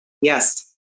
Yes